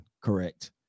correct